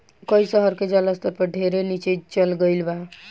कई शहर के जल स्तर ढेरे नीचे चल गईल बा